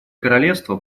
королевство